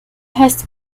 heißt